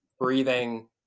breathing